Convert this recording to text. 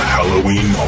Halloween